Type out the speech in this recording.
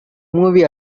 movie